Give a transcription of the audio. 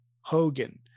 Hogan